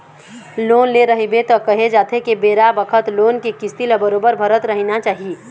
loan ले रहिबे त केहे जाथे के बेरा बखत लोन के किस्ती ल बरोबर भरत रहिना चाही